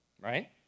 right